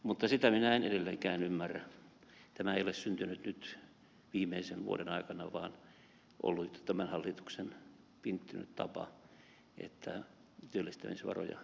mutta sitä minä en edelleenkään ymmärrä tämä ei ole syntynyt nyt viimeisen vuoden aikana vaan ollut tämän hallituksen pinttynyt tapa että työllistämisvaroja jää käyttämättä